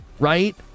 Right